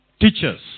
teachers